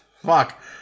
Fuck